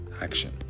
action